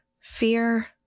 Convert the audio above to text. fear